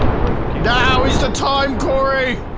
cory fuck you now is the time cory.